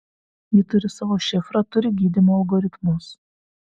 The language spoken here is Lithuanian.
ji turi savo šifrą turi gydymo algoritmus